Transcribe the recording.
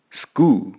school